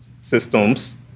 systems